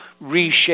reshape